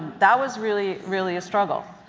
that was really, really a struggle.